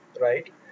right